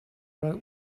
wrote